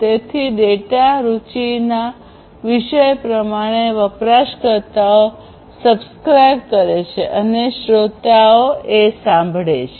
તેથી ડેટા રૂચીના વિષય પ્રમાણે વપરાશકર્તાઓ સબ્સ્ક્રાઇબ કરે છે અને શ્રોતાઓ આ સાંભળે છે